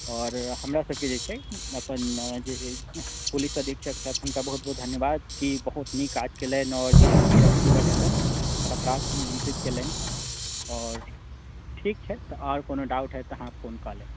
आओर हमरा सभकेँ जे छै अपन जे पुलिस अधीक्षक छथि हुनका बहुत बहुत धन्यवाद कि बहुत नीक काज कयलनि आओर जिलामे चौकसी बढ़ेलनि आओर अपराधके नियन्त्रित कयलनि ठीक छै आओर ठीक छै तऽ आओर कोनो डाउट होएत तऽ अहाँ फोन कऽ लेब